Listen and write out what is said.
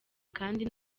kandi